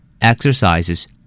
Exercises